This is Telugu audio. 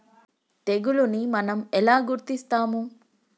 తెగులుని మనం ఎలా గుర్తిస్తాము?